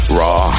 raw